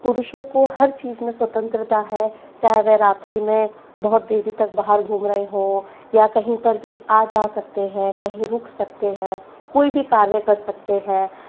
पुरुषों को हर चीज़ में स्वतंत्रता है चाहे वो रात्री में बहुत देरी तक बाहर घूम रहे हों या कहीं पर भी आ जा सकते हैं कहीं रुक सकते हैं कोई भी कार्य कर सकते हैं